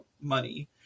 money